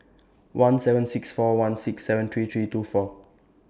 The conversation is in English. seven six four one six seven three three two four